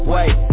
Wait